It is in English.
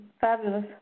Fabulous